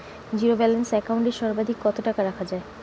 Zero balance account এ সর্বাধিক কত টাকা রাখা য়ায়?